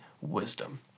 wisdom